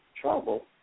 trouble